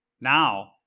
Now